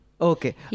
Okay